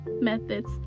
methods